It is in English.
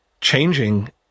changing